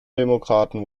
demokraten